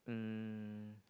um